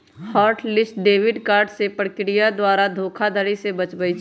hot list debit card प्रक्रिया द्वारा धोखाधड़ी से बचबइ छै